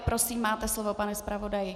Prosím, máte slovo, pane zpravodaji.